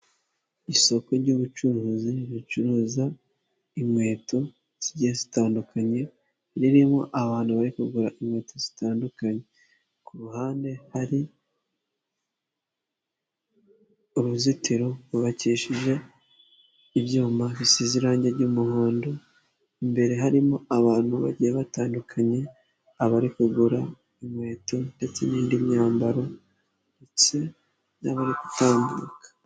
Isoko ryubucuruzi ricuruza inkweto zigiye zitandukanye, ririmo abantu bari kugura inkweto zitandukanye. Ku ruhande hari uruzitiro rwubakishije ibyuma bisize irangi ry'umuhondo imbere harimo abantu bagiye batandukanye, abari kugura inkweto, ndetse n'indi myambaro, ndetse n'abari gutambuka.